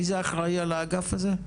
מי זה האחראי על האגף הזה?